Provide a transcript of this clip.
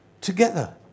together